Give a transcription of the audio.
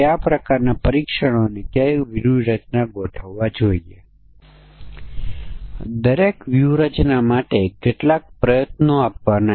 જો આપણે તેમને સ્વતંત્ર રીતે ધ્યાનમાં લઈએ તો આપણને જરૂર છે શિક્ષણનાંમાટે 5 અને વય માટે 5